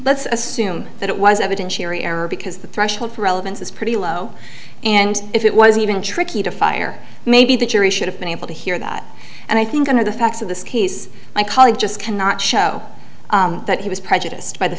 let's assume that it was evident cherry error because the threshold for relevance is pretty low and if it was even tricky to fire maybe the jury should have been able to hear that and i think under the facts of this case my colleague just cannot show that he was prejudiced by the